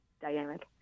dynamic